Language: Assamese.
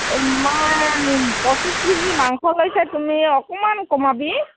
মই পঁচিছ কেজি মাংস লৈছে তুমি অকণমান কমাবি